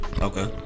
Okay